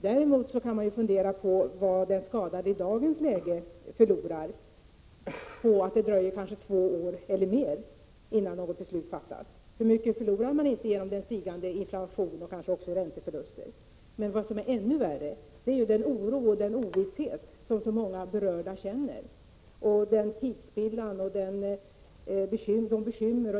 Däremot kan man fundera på vad den skadade i dagens läge förlorar på att det dröjer kanske två år eller mer innan något beslut fattas. Hur mycket förlorar man egentligen på den stigande inflationen och på ränteförlusterna? Men vad som är ännu värre är den oro och ovisshet som så många berörda känner. Det blir en tidsspillan, bekymmer och besvär.